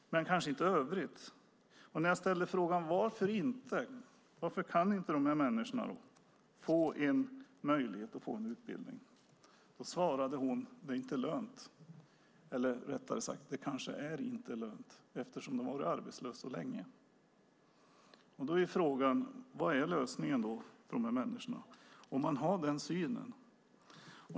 Men det kanske inte gäller i övrigt. När jag ställde frågan varför dessa människor inte kan få möjlighet till utbildning svarade Hillevi Engström att det inte är lönt, eller rättare sagt att det kanske inte är lönt eftersom de varit arbetslösa så länge. Frågan är vad som är lösningen för dessa människor om man har den synen.